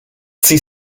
sie